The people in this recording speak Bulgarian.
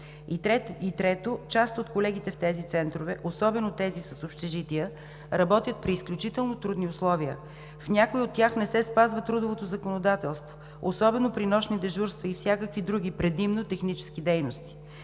И, трето, част от колегите в тези центрове, особено тези с общежития, работят при изключително трудни условия. В някои от тях не се спазва трудовото законодателство особено при нощни дежурства и всякакви други, предимно технически дейности.